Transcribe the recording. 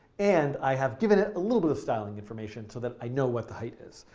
and i have given it a little bit of styling information so that i know what the height is.